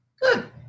Good